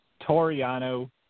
Toriano